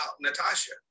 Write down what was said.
Natasha